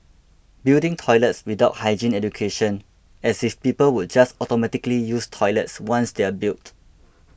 building toilets without hygiene education as if people would just automatically use toilets once they're built